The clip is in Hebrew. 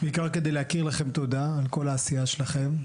בעיקר כדי להכיר לכם תודה על כל העשייה שלכם,